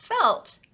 felt